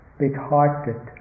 big-hearted